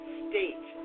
state